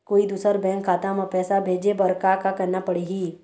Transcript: कोई दूसर बैंक खाता म पैसा भेजे बर का का करना पड़ही?